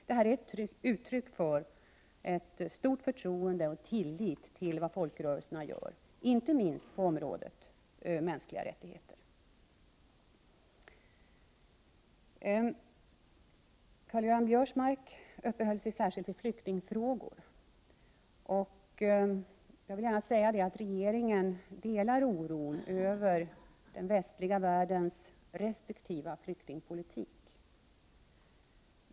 Detta är ett uttryck för ett stort förtroende för och en stor tillit till vad folkrörelserna gör, inte minst på området mänskliga rättigheter. Karl Göran Biörsmark uppehöll sig särskilt vid flyktingfrågor, och jag vill gärna säga att regeringen delar hans oro över den västliga världens restriktiva flyktingpolitik.